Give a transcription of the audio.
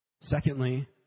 Secondly